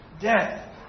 death